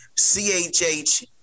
Chh